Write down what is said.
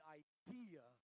idea